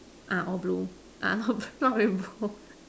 ah all blue ah not blue not rainbow